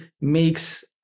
makes